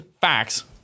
facts